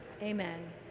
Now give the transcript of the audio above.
Amen